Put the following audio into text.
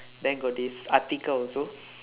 then got this atiqah also